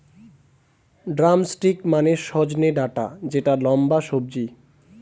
drumstick মানে সজনে ডাটা যেটা লম্বা সবজি